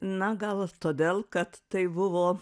na gal todėl kad tai buvo